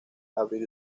avril